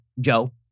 Joe